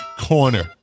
Corner